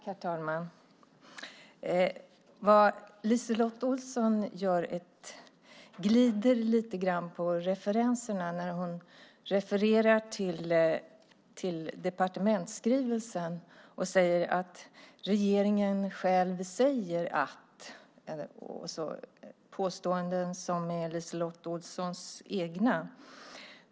Herr talman! LiseLotte Olsson glider lite på referenserna när hon refererar till departementsskrivelsen och säger: Regeringen själv säger att . Och sedan gör hon påståenden som är hennes egna.